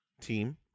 team